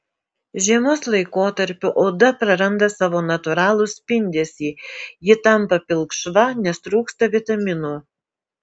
žiemos laikotarpiu oda praranda savo natūralų spindesį ji tampa pilkšva nes trūksta vitaminų